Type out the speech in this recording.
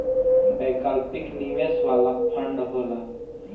वैकल्पिक निवेश वाला फंड होला